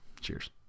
Cheers